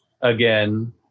again